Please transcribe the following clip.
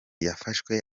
yafashwe